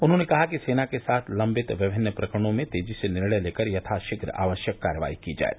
उन्होंने कहा कि सेना के साथ लंबित विमिन्न प्रकरणों में तेजी से निर्णय लेकर यथाशीघ्र आवश्यक कार्रवाई की जाये